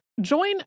Join